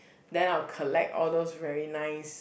then I will collect all those very nice